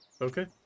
Okay